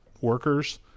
workers